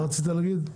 מה רצית להגיד?